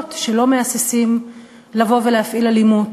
לקוחות שלא מהססים לבוא ולהפעיל אלימות